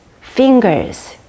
fingers